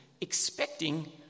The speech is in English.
expecting